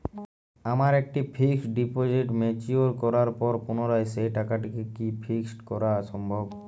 আমার একটি fixed deposit mature করার পর পুনরায় সেই টাকাটিকে কি ফিক্সড করা সম্ভব?